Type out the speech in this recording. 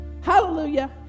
hallelujah